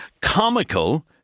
comical